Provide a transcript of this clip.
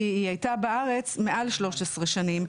כי היא הייתה בארץ מעל 13 שנים.